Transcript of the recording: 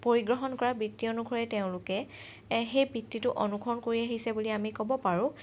পৰিগ্ৰহণ কৰা বৃত্তি অনুসৰিয়ে তেওঁলোকে সেই বৃত্তিটো অনুসৰণ কৰি আহিছে বুলি আমি ক'ব পাৰোঁ